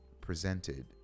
presented